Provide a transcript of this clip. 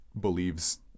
believes